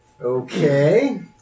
Okay